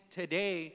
today